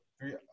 three